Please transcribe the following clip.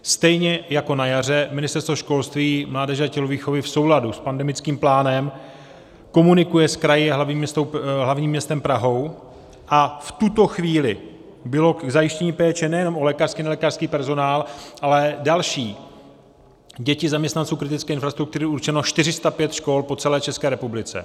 Stejně jako na jaře Ministerstvo školství, mládeže a tělovýchovy v souladu s pandemickým plánem komunikuje s kraji a hlavním městem Prahou a v tuto chvíli bylo k zajištění péče nejenom o lékařský, nelékařský personál, ale další, děti zaměstnanců kritické infrastruktury, určeno 405 škol po celé České republice.